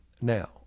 Now